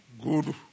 good